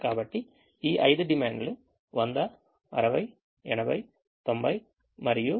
కాబట్టి ఈ 5 డిమాండ్లు 100 60 80 90 మరియు 70